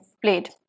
played